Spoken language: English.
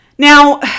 Now